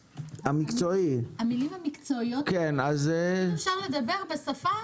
המילים המקצועיות האלה אם אפשר לדבר בשפה